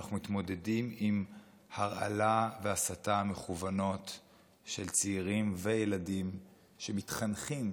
שאנחנו מתמודדים עם הרעלה והסתה מכוונות של צעירים וילדים שמתחנכים